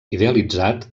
idealitzat